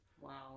Wow